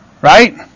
right